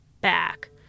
back